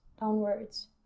downwards